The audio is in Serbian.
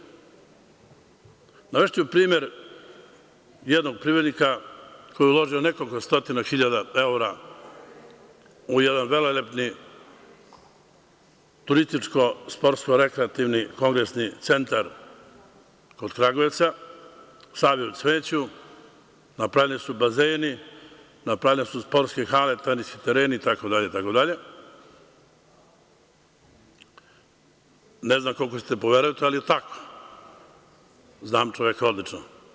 Navešću primer jednog privrednika koji je uložio nekoliko stotina hiljada evra u jedan velelepni turističko-sportsko-rekreativni kongresni centar kod Kragujevca, sav je u cveću, napravljeni su bazeni, napravljene su sportske hale, teniski tereni, itd, ne znam koliko ćete da poverujete u to, ali je tako, znam čoveka odlično.